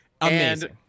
Amazing